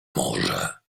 morze